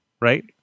right